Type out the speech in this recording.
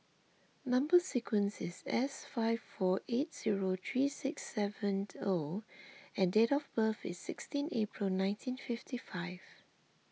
Number Sequence is S five four eight zero three six seven O and date of birth is sixteen April nineteen fifty five